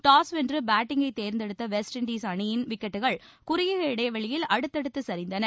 toss வென்று பேட்டிங்கை தேர்ந்தெடுத்த வெஸ்ட் இண்டஸ் அணியின் விக்கெட்டுகள் குறுகிய இடைவெளியில் அடுத்தடுத்து சரிந்தன